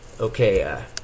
Okay